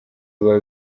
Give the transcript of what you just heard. biba